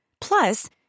Plus